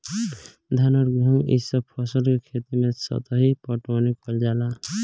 धान अउर गेंहू ए सभ फसल के खेती मे सतही पटवनी कइल जाला